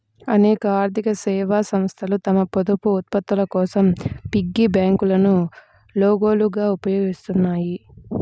అనేక ఆర్థిక సేవా సంస్థలు తమ పొదుపు ఉత్పత్తుల కోసం పిగ్గీ బ్యాంకులను లోగోలుగా ఉపయోగిస్తాయి